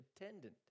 attendant